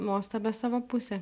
nuostabią savo pusę